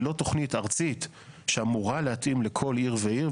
היא לא תוכנית ארצית שאמורה להתאים לכל עיר ועיר,